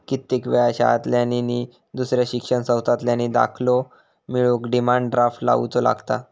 कित्येक वेळा शाळांतल्यानी नि दुसऱ्या शिक्षण संस्थांतल्यानी दाखलो मिळवूक डिमांड ड्राफ्ट लावुचो लागता